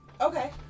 okay